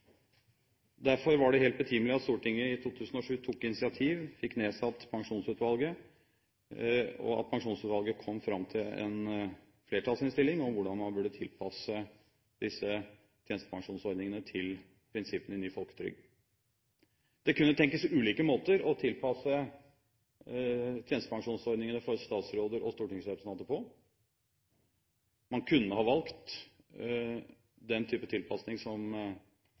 Derfor var det helt betimelig at Stortinget i 2007 tok initiativ, fikk nedsatt Pensjonsutvalget, og at Pensjonsutvalget kom fram til en flertallsinnstilling om hvordan man burde tilpasse disse tjenestepensjonsordningene til prinsippene i ny folketrygd. Det kunne tenkes ulike måter å tilpasse tjenestepensjonsordningene for statsråder og stortingsrepresentanter på. Man kunne ha valgt den type tilpasning som regjeringen og partene i offentlig sektor ble enige om.